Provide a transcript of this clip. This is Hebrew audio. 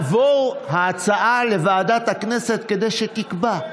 ההצעה תעבור לוועדת הכנסת כדי שתקבע.